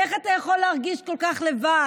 איך אתה יכול להרגיש כל כך לבד?